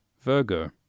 Virgo